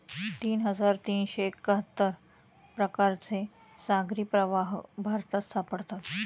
तीन हजार तीनशे एक्काहत्तर प्रकारचे सागरी प्रवाह भारतात सापडतात